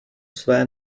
své